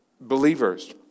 believers